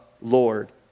Lord